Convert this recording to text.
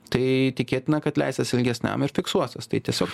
tai tikėtina kad leisies ilgesniam ir fiksuosies tai tiesiog